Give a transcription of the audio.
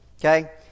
Okay